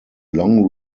long